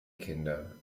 kinder